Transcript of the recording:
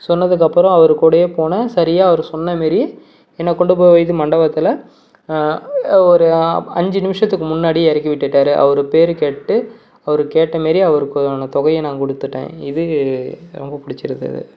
சொன்னதுக்கப்புறம் அவர் கூடயே போனேன் சரியாக அவர் சொன்னமாரி என்னை கொண்டு போய் இது மண்டபத்தில் ஒரு அஞ்சு நிமிடத்துக்கு முன்னாடியே இறக்கி விட்டுட்டார் அவரு பேர் கேட்டு அவரு கேட்ட மாரியே அவருக்கான தொகையை நான் கொடுத்துட்டேன் இது ரொம்ப பிடிச்சிருந்துது